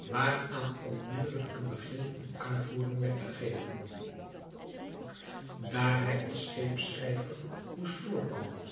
waaraan onmiddelijk een begin van uitvoering werd gegeven daar hij als scheepsschrijver moest voorkomen